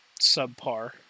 subpar